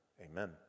amen